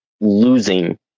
losing